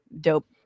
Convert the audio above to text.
dope